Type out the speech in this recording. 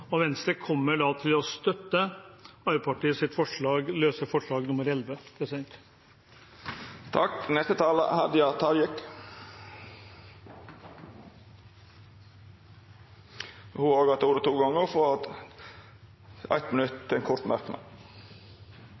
personvernet. Venstre kommer da til å støtte forslag nr. 11, fra Arbeiderpartiet. Representanten Hadia Tajik har hatt ordet to gonger tidlegare og får ordet til ein kort merknad,